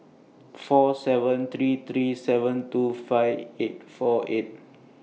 four seven three three seven two five eight four eight